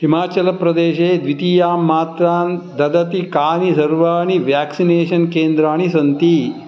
हिमाचलप्रदेशे द्वितीयां मात्रान् ददति कानि सर्वाणि व्याक्सिनेषन् केन्द्राणि सन्ति